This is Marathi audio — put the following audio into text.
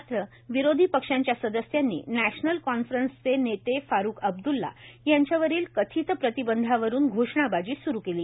मात्र विरोधी पक्षांच्या सदस्यांनी नॅशनल कौन्फ्रेन्सचे नेते फारुख अब्द्रल्ला यांच्यावरील कथित प्रतिबंधावरून घोषणाबाजी स्रू केली